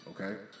okay